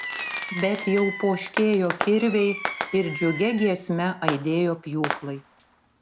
bet jau poškėjo kirviai ir džiugia giesme aidėjo pjūklai